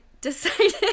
decided